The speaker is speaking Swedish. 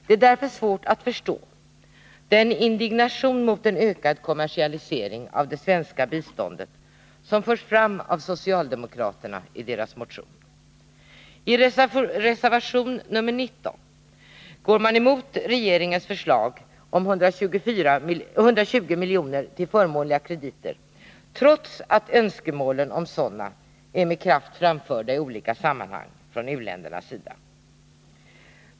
Det är därför svårt att förstå den indignation med anledning av en ökad kommersialisering av det svenska biståndet som socialdemokraterna visar i sin motion. I reservation nr 19 går man emot regeringens förslag om 120 miljoner till förmånliga krediter, trots att de önskemålen är med kraft framförda i olika sammanhang från u-ländernas sida.